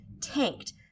tanked